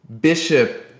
Bishop